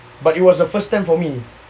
but it was the first time for me